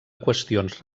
qüestions